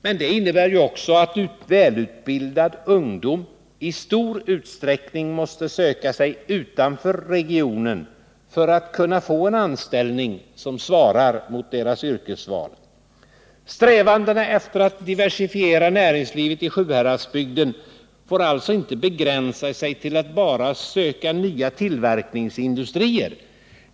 Men det innebär också att välutbildade ungdomar i stor utsträckning måste söka sig utanför regionen för att kunna få en anställning som svarar mot deras yrkesval. Strävandena efter att diversifiera näringslivet i Sjuhäradsbygden får alltså inte begränsas till att man bara söker nya tillverkningsindustrier.